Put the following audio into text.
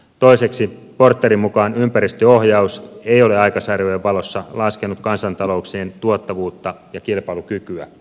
toiseksi porterin mukaan ympäristöohjaus ei ole aikasarjojen valossa laskenut kansantalouksien tuottavuutta ja kilpailukykyä